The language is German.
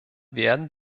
werden